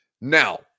Now